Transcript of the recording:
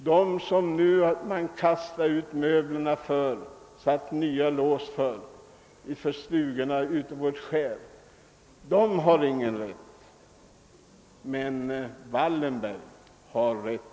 Dem man nu kastar ut möblerna för och på vilkas stugor man sätter nya lås, dem ger man ingen rätt. Men Wallenberg har rätt!